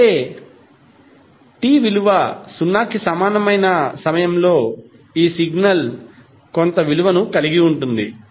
అంటే t విలువ 0 కి సమానమైన సమయంలో ఈ సిగ్నల్ కొంత విలువను కలిగి ఉంటుంది